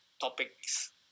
topics